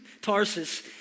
tarsus